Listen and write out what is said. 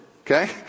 Okay